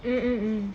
mm mm